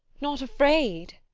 not afraid!